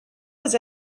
was